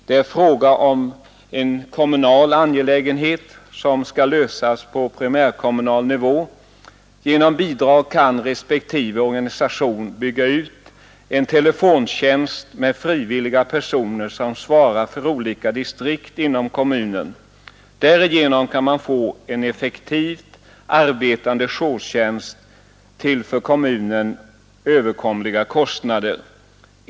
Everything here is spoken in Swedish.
Det är fråga om en kommunal angelägenhet som skall lösas på primärkommunal nivå. Genom bidrag kan respektive organisation bygga ut en telefontjänst med frivilliga personer som svarar för olika distrikt inom kommunen. Därigenom kan man få en effektivt arbetande jourtjänst till för kommunen överkomliga kostnader.